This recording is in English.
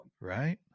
Right